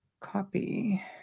Copy